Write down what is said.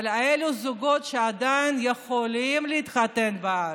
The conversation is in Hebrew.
אבל אלה זוגות שעדיין יכולים להתחתן בארץ.